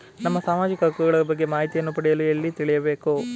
ನಮ್ಮ ಸಾಮಾಜಿಕ ಹಕ್ಕುಗಳ ಬಗ್ಗೆ ಮಾಹಿತಿಯನ್ನು ಪಡೆಯಲು ಎಲ್ಲಿ ತಿಳಿಯಬೇಕು?